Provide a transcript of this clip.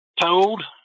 told